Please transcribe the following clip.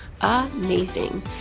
amazing